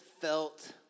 felt